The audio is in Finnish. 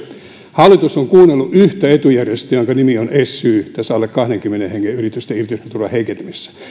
hallitus on kuunnellut yhtä etujärjestöä jonka nimi on sy tässä alle kahdenkymmenen hengen yritysten irtisanomisturvan heikentämisessä